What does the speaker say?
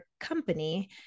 company